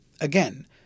Again